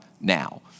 now